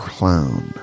Clown